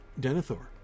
Denethor